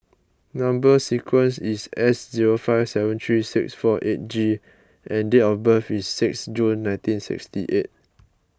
Number Sequence is S zero five seven three six four eight G and date of birth is six June nineteen sixty eight